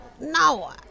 No